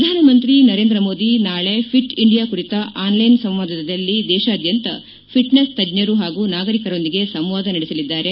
ಪ್ರಧಾನಮಂತ್ರಿ ನರೇಂದ್ರಮೋದಿ ನಾಳೆ fit India ಕುರಿತ ಆನ್ಲೈನ್ ಸಂವಾದದಲ್ಲಿ ದೇಶಾದ್ಯಂತ ಫಿಟ್ನೆಸ್ ತಜ್ಞರು ಪಾಗೂ ನಾಗರೀಕರೊಂದಿಗೆ ಸಂವಾದ ನಡೆಸಲಿದ್ದಾರೆ